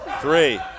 three